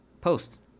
post